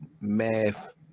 Math